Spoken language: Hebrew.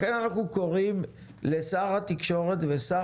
לכן אנחנו קוראים לשר התקשורת ולשר